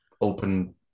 open